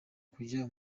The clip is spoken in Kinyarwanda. kujya